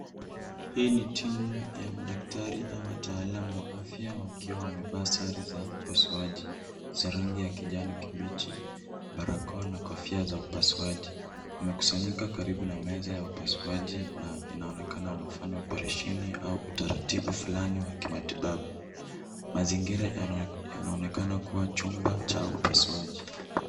Hii ni timu ya madaktari au wataalamu wa afya wakiwa wamevaa sare za upasuaji za rangi ya kijani kibichi, barakoa na kofia za upasuaji. Wamekusanyika karibu na meza ya upasuaji na inaonekana wanafanya operesheni au utaratibu fulani wa kimatibabu. Mazingira yanaonekana kuwa chumba cha upasuaji.